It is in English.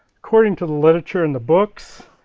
according to the literature in the books,